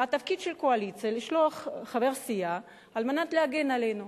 והתפקיד של הקואליציה לשלוח חבר סיעה על מנת להגן עלינו.